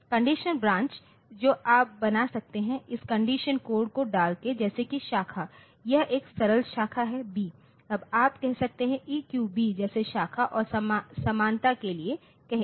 conditional branch जो आप बना सकते हैं इस कंडीशन कोड को डाल के जैसे कि शाखा यह एक सरल शाखा है B अब आप कह सकते हैं EQB जैसे शाखा और समानता के लिए कहें